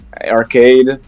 arcade